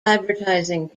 advertising